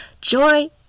Joy